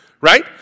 right